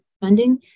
funding